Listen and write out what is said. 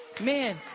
Man